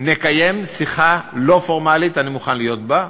נקיים שיחה לא פורמלית, אני מוכן להיות בה.